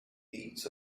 deeds